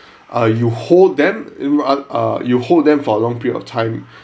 uh you hold them ah you hold them for a long period of time